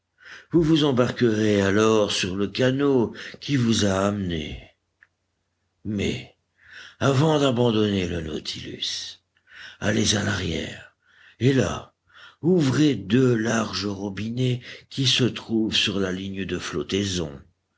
vous vous embarquerez alors sur le canot qui vous a amenés mais avant d'abandonner le nautilus allez à l'arrière et là ouvrez deux larges robinets qui se trouvent sur la ligne de flottaison